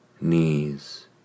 Knees